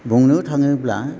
बुंनो थाङोब्ला